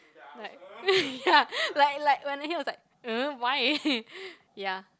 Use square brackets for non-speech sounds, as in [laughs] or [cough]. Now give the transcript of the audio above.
like [laughs] ya like like when I hear I was like um why [laughs] ya